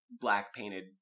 black-painted